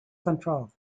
control